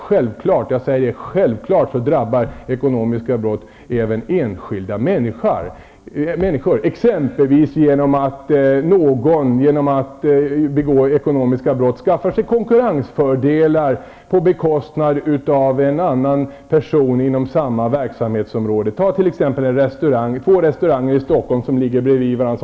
Självklart drabbar ekonomiska brott även enskilda människor, exempelvis genom att någon skaffar sig konkurrensfördelar på bekostnad av en annan person inom samma verksamhetsområde. Ta t.ex. två restauranger i Stockholm som konkurrerar med varandra.